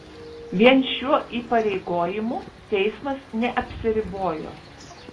vien šiuo įpareigojimu teismas neapsiribojo